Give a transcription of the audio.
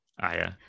Aya